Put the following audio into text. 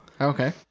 Okay